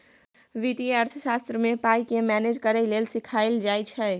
बित्तीय अर्थशास्त्र मे पाइ केँ मेनेज करय लेल सीखाएल जाइ छै